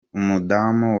umudamu